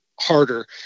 harder